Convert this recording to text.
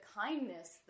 kindness